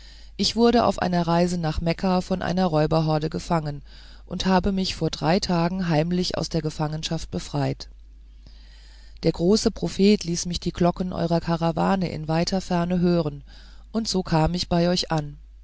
ich wurde auf einer reise nach mekka von einer räuberhorde gefangen und habe mich vor drei tagen heimlich aus der gefangenschaft befreit der große prophet ließ mich die glocken eurer karawane in weiter ferne hören und so kam ich bei euch an